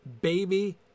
Baby